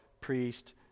priest